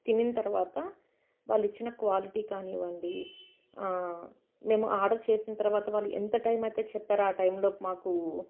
తినిన తర్వాత వాళ్ళు ఇచ్చిన క్వాలిటీ కానివ్వండి మేము ఆర్డర్ చేసిన తర్వాత వాళ్ళు ఎంత టైం అయితే చెప్పారో ఆ టైంలో మాకు